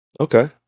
Okay